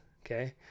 okay